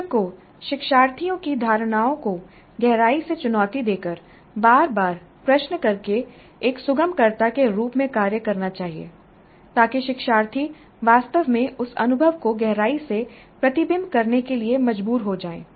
शिक्षक को शिक्षार्थियों की धारणाओं को गहराई से चुनौती देकर बार बार प्रश्न करके एक सुगमकर्ता के रूप में कार्य करना चाहिए ताकि शिक्षार्थी वास्तव में उस अनुभव को गहराई से प्रतिबिंबित करने के लिए मजबूर हो जाएं